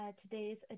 today's